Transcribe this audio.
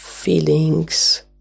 Feelings